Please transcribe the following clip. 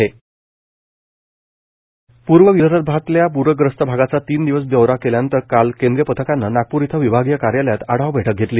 प्रग्रस्त दौरा पूर्व विदर्भातल्या प्रग्रस्त भागाचा तीन दिवस दौरा केल्यानंतर काल केंद्रीय पथकानं नागप्र इथं विभागीय कार्यालयात आढावा बैठक घेतली